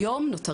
היום,.